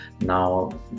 now